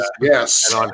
Yes